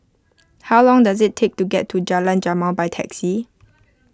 how long does it take to get to Jalan Jamal by taxi